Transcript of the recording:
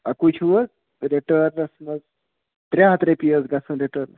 اَکُے چھُو حظ رِٹٲرنَس منٛز ترٛےٚ ہَتھ رۄپیہِ حظ گژھُن رِٹٲرٕن